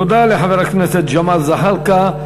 תודה לחבר הכנסת ג'מאל זחאלקה.